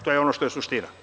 To je ono što je suština.